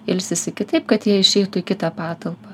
ilsisi kitaip kad jie išeitų į kitą patalpą